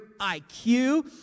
IQ